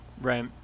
Right